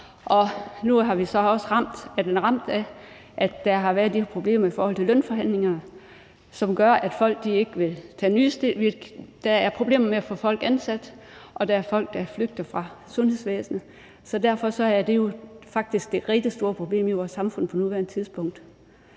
og nu er det så også ramt af, at der har været de her i problemer i forhold til lønforhandlinger, som gør, at der er problemer med at få folk ansat og der er folk, der flygter fra sundhedsvæsenet. Derfor er det jo faktisk det rigtig store problem i vores samfund på nuværende tidspunkt.